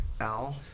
Al